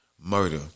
murder